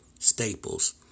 staples